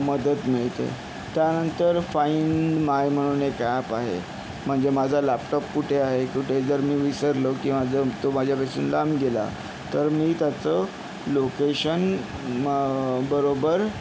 मदत मिळते त्यानंतर फाईंड माय म्हणून एक ॲप आहे म्हणजे माझा लॅपटॉप कुठे आहे कुठे जर मी विसरलो किंवा जर तो माझ्यापासून लांब गेला तर मी त्याचं लोकेशन म बरोबर